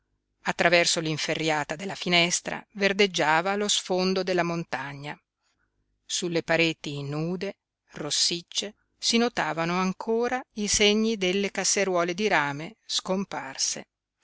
attraverso l'inferriata della finestra verdeggiava lo sfondo della montagna sulle pareti nude rossicce si notavano ancora i segni delle casseruole di rame scomparse